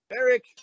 Eric